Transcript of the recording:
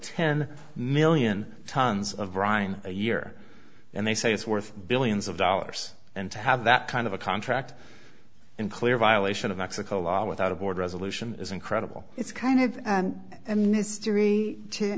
ten million tons of brine a year and they say it's worth billions of dollars and to have that kind of a contract in clear violation of mexico law without a board resolution is incredible it's kind of a mystery to